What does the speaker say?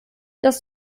das